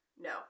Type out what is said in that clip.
No